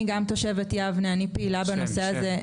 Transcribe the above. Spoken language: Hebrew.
אני גם תושבת יבנה, אני פעילה בנושא הזה.